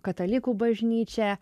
katalikų bažnyčia